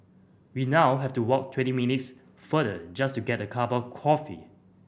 we now have to walk twenty minutes farther just to get a cup of coffee